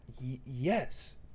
Yes